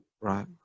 Right